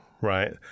right